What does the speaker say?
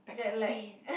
backside pain